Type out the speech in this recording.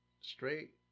straight